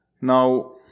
Now